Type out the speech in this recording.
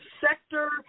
sector